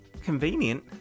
Convenient